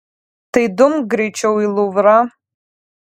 tai dumk greičiau į luvrą